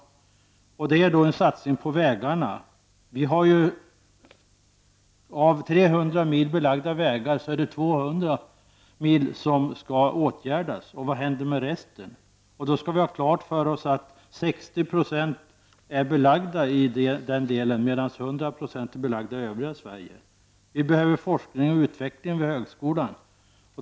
Det är då en satsning på vägarna. Av 300 mil belagda vägar är det 200 mil som skall åtgärdas. Vad händer med resten? Vi skall ha klart för oss att 60 % av vägarna i Västernorrlands län är belagda, medan 100 % är belagda i övriga Sverige. Vi behöver forskning och utveckling vid högskolan.